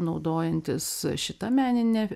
naudojantis šita menine